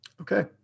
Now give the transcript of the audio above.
Okay